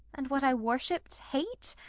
and what i worshipped, hate?